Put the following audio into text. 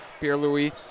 Pierre-Louis